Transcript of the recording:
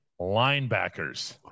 linebackers